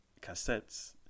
cassettes